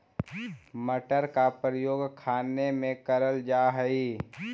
मटर का प्रयोग खाने में करल जा हई